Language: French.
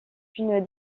une